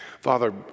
Father